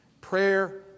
Prayer